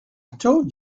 told